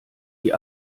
die